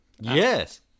Yes